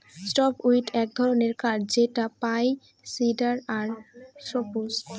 softwood এক ধরনের কাঠ যেটা পাইন, সিডার আর সপ্রুস